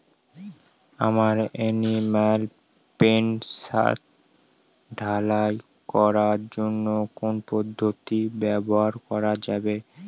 আমার animal pen ছাদ ঢালাই করার জন্য কোন পদ্ধতিটি ব্যবহার করা হবে?